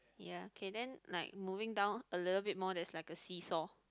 ya K then like moving down a little bit more there's like a seesaw